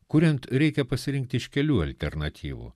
kuriant reikia pasirinkt iš kelių alternatyvų